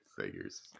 figures